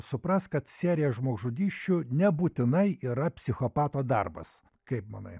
supras kad serija žmogžudysčių nebūtinai yra psichopato darbas kaip manai